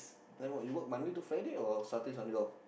then what you work Monday to Friday or Saturdays Sunday off